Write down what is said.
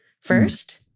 first